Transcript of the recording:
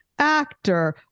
actor